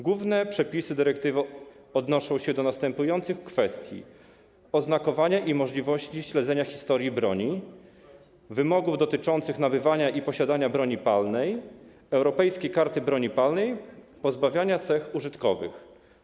Główne przepisy dyrektywy odnoszą się do następujących kwestii: oznakowania i możliwości śledzenia historii broni, wymogów dotyczących nabywania i posiadania broni palnej, europejskiej karty broni palnej, pozbawiania cech użytkowych.